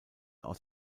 aus